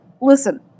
listen